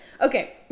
Okay